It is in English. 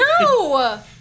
No